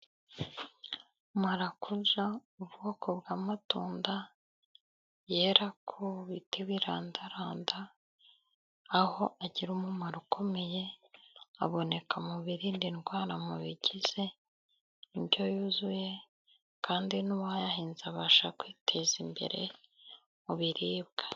Marakuja, ubwoko bw'amatunda, yera ku biti birandaranda, aho agira umumaro ukomeye, aboneka mu birinda indwara, mu bigize indyo yuzuye, kandi n'uwayahinze abasha kwiteza imbere mu biribwa.